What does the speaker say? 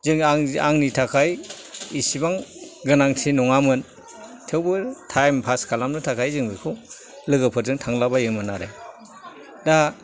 आंनि थाखाय इसिबां गोनांथि नङामोन थेवबो थाइम पास खालामनो थाखाय जों बेखौ लोगोफोरजों थांलाबायोमोन आरो दा